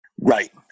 Right